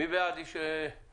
מי בעד תקנה